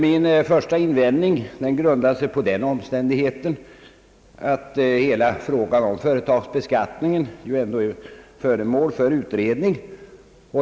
Min första invändning grundar sig på den omständigheten att hela frågan om företagsbeskattningen ju ändå är föremål för utredning.